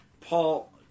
Paul